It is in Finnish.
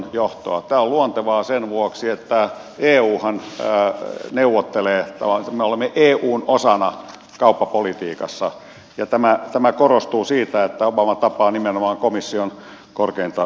tämä on luontevaa sen vuoksi että euhan neuvottelee tavallaan me olemme eun osana kauppapolitiikassa ja tämä korostuu siitä että obama tapaa nimenomaan komission korkeinta johtoa